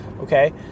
Okay